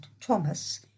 Thomas